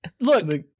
look